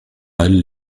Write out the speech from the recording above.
elle